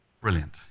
Brilliant